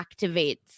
activates